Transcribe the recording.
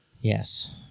Yes